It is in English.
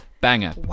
Banger